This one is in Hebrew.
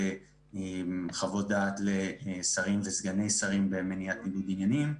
בעריכת חוות דעת לשרים וסגני שרים למניעת ניגוד עניינים.